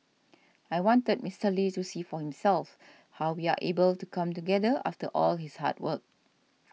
I wanted Mister Lee to see for himself how we are able to come together after all his hard work